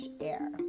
air